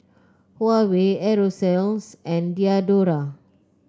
Huawei Aerosoles and Diadora